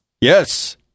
Yes